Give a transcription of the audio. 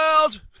World